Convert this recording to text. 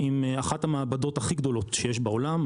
עם אחת המעבדות הכי גדולות שיש בעולם,